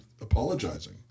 apologizing